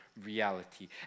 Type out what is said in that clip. reality